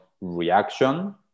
reaction